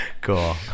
Cool